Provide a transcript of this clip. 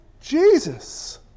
Jesus